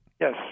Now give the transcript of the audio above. Yes